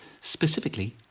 specifically